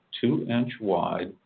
two-inch-wide